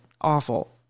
awful